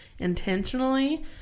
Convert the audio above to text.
intentionally